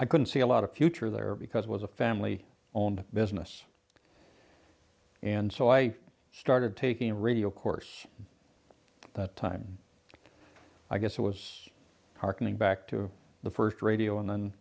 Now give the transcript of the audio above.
i couldn't see a lot of future there because it was a family owned business and so i started taking radio course that time i guess it was hearkening back to the first radio and then